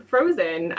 Frozen